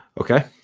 Okay